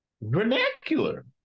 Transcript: vernacular